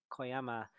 Koyama